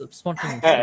spontaneous